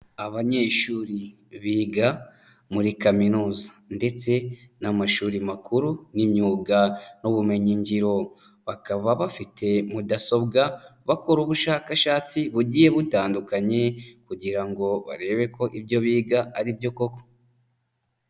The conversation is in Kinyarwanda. Abanyeshuri biga muri kaminuza ndetse n'amashuri makuru n'imyuga n'ubumenyingiro. Bakaba bafite mudasobwa, bakora ubushakashatsi bugiye butandukanye kugira ngo barebe ko ibyo biga ari byo koko.